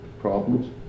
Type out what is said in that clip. problems